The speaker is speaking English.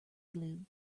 glue